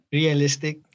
realistic